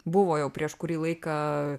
buvo jau prieš kurį laiką